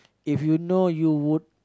if you know you would